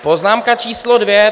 Poznámka číslo dvě.